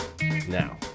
Now